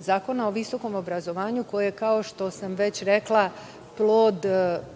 Zakona o visokom obrazovanju, koje je, kao što sam već rekla, negde